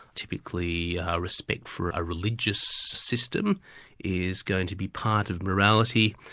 typically respect for a religious system is going to be part of morality,